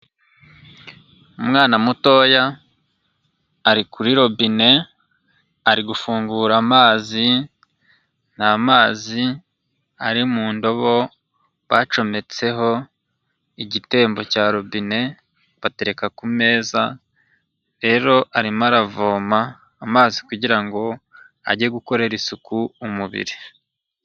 Umwana mutoya ari kuri robine ari gufungura amazi, ni amazi ari mu ndobo bacometseho igitembo cya robine batereka ku meza, rero arimo aravoma amazi kugira ngo ajye gukorera isuku umubiri.